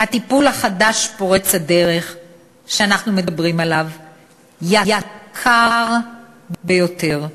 הטיפול החדש פורץ הדרך שאנחנו מדברים עליו הוא יקר ביותר,